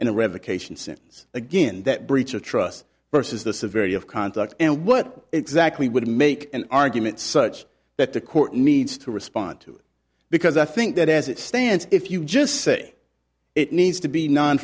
revocation sentence again that breach of trust versus the severity of conduct and what exactly would make an argument such that the court needs to respond to it because i think that as it stands if you just say it needs to be non